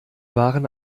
waren